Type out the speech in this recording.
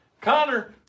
Connor